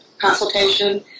consultation